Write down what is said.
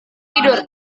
tidur